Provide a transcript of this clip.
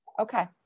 Okay